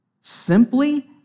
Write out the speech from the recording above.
Simply